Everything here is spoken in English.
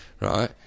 Right